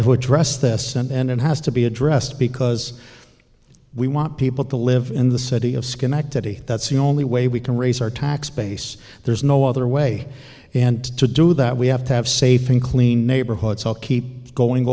to address this and it has to be addressed because we want people to live in the city of schenectady that's the only way we can raise our tax base there's no other way and to do that we have to have safe and clean neighborhood so keep going